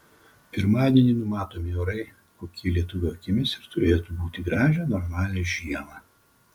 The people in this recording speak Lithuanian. pirmadienį numatomi orai kokie lietuvio akimis ir turėtų būti gražią normalią žiemą